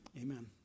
amen